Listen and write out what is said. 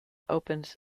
opens